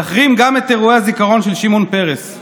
תחרים גם את אירועי הזיכרון של שמעון פרס.